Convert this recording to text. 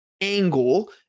angle